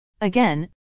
Again